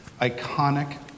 iconic